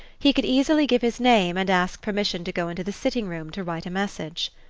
he could easily give his name, and ask permission to go into the sitting-room to write a message.